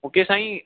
मूंखे साईं